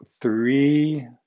three